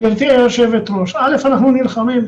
גברתי היושבת-ראש, ראשית, אנחנו נלחמים.